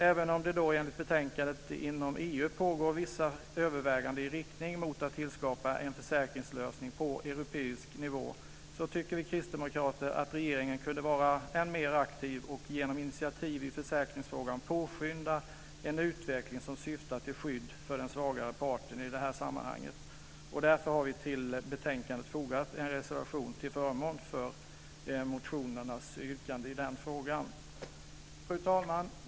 Även om det enligt betänkandet inom EU pågår vissa överväganden i riktning mot att tillskapa en försäkringslösning på europeisk nivå så tycker vi kristdemokrater att regeringen kunde vara än mer aktiv och genom initiativ i försäkringsfrågan påskynda en utveckling som syftar till skydd för den svagare parten i detta sammanhang. Därför har vi till betänkandet fogat en reservation till förmån för motionernas yrkanden i den frågan. Fru talman!